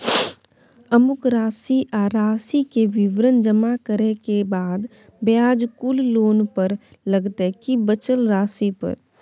अमुक राशि आ राशि के विवरण जमा करै के बाद ब्याज कुल लोन पर लगतै की बचल राशि पर?